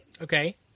Okay